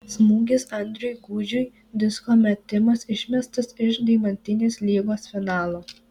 smūgis andriui gudžiui disko metimas išmestas iš deimantinės lygos finalo